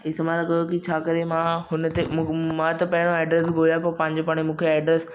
इस्तेमालु कयो की छाकाणि मां हुनते मां त पहिरियों एड्रेस ॻोल्हियां पियो पंहिंजे पाण मूंखे एड्रेस